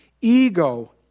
ego